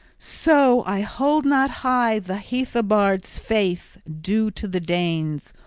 so i hold not high the heathobards' faith due to the danes,